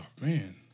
man